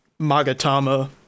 magatama